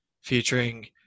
featuring